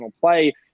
play